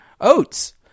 Oats